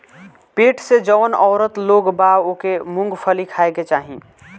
पेट से जवन औरत लोग बा ओके मूंगफली खाए के चाही